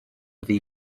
ddi